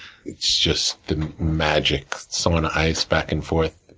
it's just magic, sauna ice, back and forth.